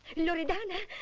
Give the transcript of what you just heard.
loredana